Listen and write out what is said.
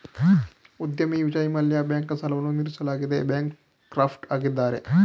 ಉದ್ಯಮಿ ವಿಜಯ್ ಮಲ್ಯ ಬ್ಯಾಂಕ್ ಸಾಲವನ್ನು ಹಿಂದಿರುಗಿಸಲಾಗದೆ ಬ್ಯಾಂಕ್ ಕ್ರಾಫ್ಟ್ ಆಗಿದ್ದಾರೆ